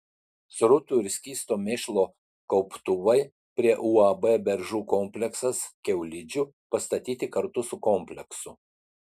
srutų ir skysto mėšlo kauptuvai prie uab beržų kompleksas kiaulidžių pastatyti kartu su kompleksu